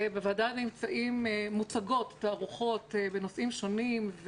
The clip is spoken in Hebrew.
בוועדה מוצגות תערוכות בנושאים שונים.